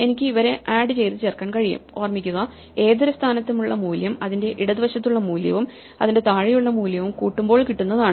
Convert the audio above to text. എനിക്ക് അവരെ ആഡ് ചെയ്ത് ചേർക്കാൻ കഴിയും ഓർമ്മിക്കുക ഏതൊരു സ്ഥാനത്തും ഉള്ള മൂല്യം അതിന്റെ ഇടതുവശത്തുള്ള മൂല്യവും അതിന്റെ താഴെയുള്ള മൂല്യവും കൂട്ടുമ്പോൾ കിട്ടുന്നതാണ്